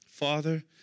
Father